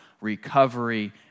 recovery